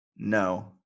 no